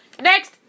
next